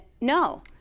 No